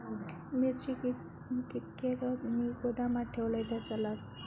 मिरची कीततागत मी गोदामात ठेवलंय तर चालात?